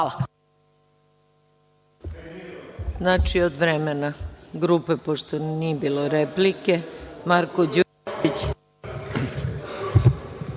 Hvala.